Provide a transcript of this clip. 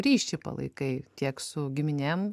ryšį palaikai tiek su giminėm